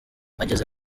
ageze